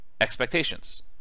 expectations